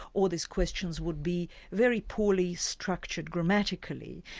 or these questions would be very poorly structured grammatically.